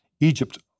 Egypt